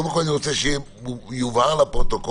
קודם כול, אני רוצה שיובהר לפרוטוקול,